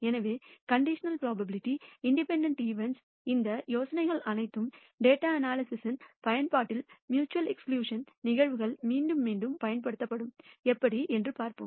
எனவே conditional probability independent நிகழ்வுகளின் இந்த யோசனைகள் அனைத்தும் டேட்டா அனாலிசிஸ் இன் பயன்பாட்டில் மியூச்சுவல் எக்ஸ்கிளியூசன் நிகழ்வுகள் மீண்டும் மீண்டும் பயன்படுத்தப்படும் எப்படி என்று பார்ப்போம்